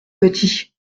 petits